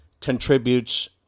contributes